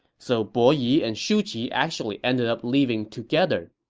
so bo yi and shu qi actually ended up leaving together.